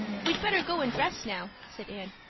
we'd better go and dress now, said anne,